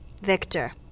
Victor